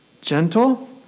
gentle